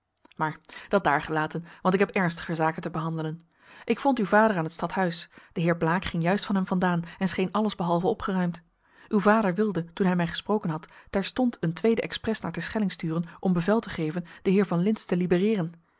maar dat daargelaten want ik heb ernstiger zaken te behandelen ik vond uw vader aan t stadhuis de heer blaek ging juist van hem vandaan en scheen alles behalve opgeruimd uw vader wilde toen hij mij gesproken had terstond een tweede expres naar terschelling sturen om bevel te geven den heer van lintz te